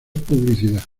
publicidad